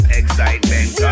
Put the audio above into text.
excitement